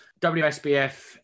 WSBF